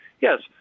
Yes